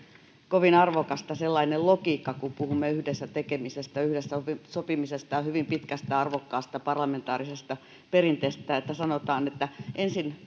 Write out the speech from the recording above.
kovin arvokasta sellainen logiikka kun puhumme yhdessä tekemisestä yhdessä sopimisesta ja hyvin pitkästä arvokkaasta parlamentaarisesta perinteestä että sanotaan että ensin